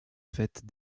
faite